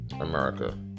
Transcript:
America